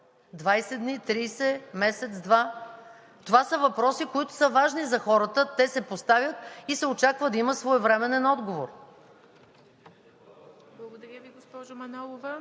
20 дни, 30, месец, два?! Това са въпроси, които са важни за хората. Те се поставят и се очаква да има своевременен отговор. ПРЕДСЕДАТЕЛ ИВА МИТЕВА: Благодаря Ви, госпожо Манолова.